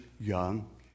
young